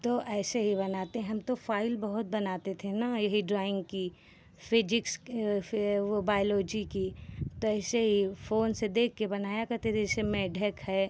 तो ऐसे ही बनाते हैं हम तो फाइल बहुत बनाते थे ना यही ड्राइंग की फिजिक्स वो बायोलॉजी की तो इसे ही फोन से देख के बनाया करते थे जैसे मेढक है